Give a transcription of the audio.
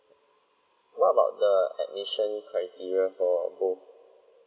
what about the admission criteria for both